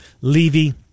Levy